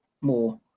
more